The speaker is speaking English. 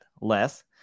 less